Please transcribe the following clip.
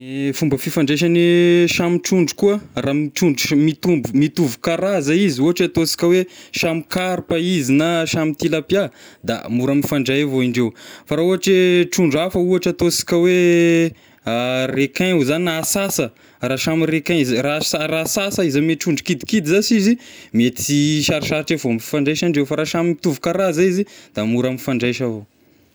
I fomba fifandraisagn'ny samy trondro koa, raha ame trondro mitombo- mitovy karaza izy ohatry ataosika hoe samy karpa izy na samy tilapia da mora mifandray avao indreo, fa raha ohatry hoe trondro hafa ohatra ataosika hoe requin hoe zagny na ansansa, raha samy requin izy raha ansansa izy ame trondro kidikidy zashy izy mety sarosarotra avao e fomba fifandraisandreo fa raha samy mitovy karaza izy da mora mifandraisa avao.